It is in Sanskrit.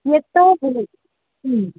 इत्युक्तौ